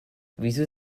wieso